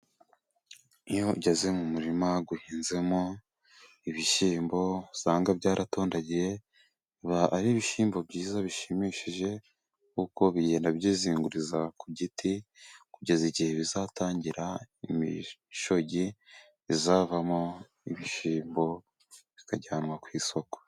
Iyo ugeze mu murima uhinzemo ibishyimbo usanga byaratondagiye. Biba ari ibishyimbo byiza, bishimishije, kuko bigenda byizinguriza ku giti kugeza igihe bizatangira imishogi izavamo ibishyimbo, bikajyanwa ku isoko.